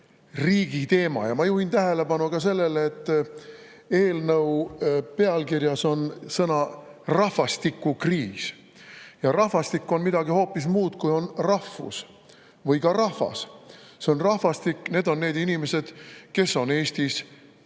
riiklik teema. Ma juhin tähelepanu ka sellele, et eelnõu pealkirjas on sõna "rahvastikukriis". Rahvastik on midagi hoopis muud kui on rahvus või ka rahvas. See on rahvastik, need on inimesed, kes on Eestis alalised